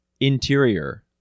Interior